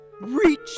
reach